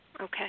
okay